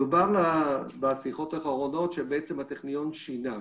דובר בשיחות האחרונות שבעצם הטכניון שינה,